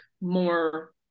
more